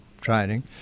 training